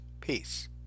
Peace